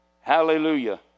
Hallelujah